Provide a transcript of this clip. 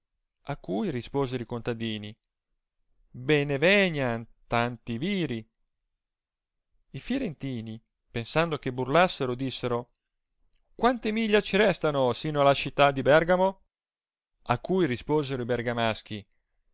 a cui risposero i contadini bene veniant tanti viri i firentini pensando che burlasseno dissero quante miglia ci restano sino alla città di bergamo a cui risposero i bergamaschi